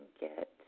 get